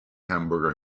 hamburger